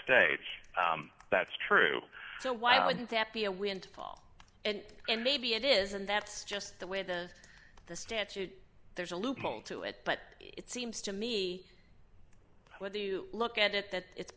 states that's true so why wouldn't that be a windfall and maybe it is and that's just the way the the statute there's a loophole to it but it seems to me whether you look at it that it's